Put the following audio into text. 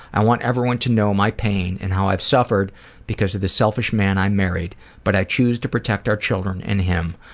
i want everyone to know my pain and how i suffer because of the selfish man i married but i chose to protect our children and him.